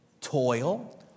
toil